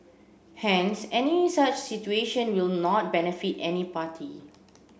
hence any such situation will not benefit any party